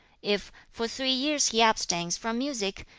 if for three years he abstains from music,